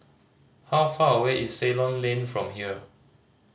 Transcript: how far away is Ceylon Lane from here